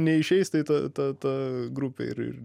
neišeis tai ta ta ta grupė ir